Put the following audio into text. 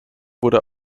wurde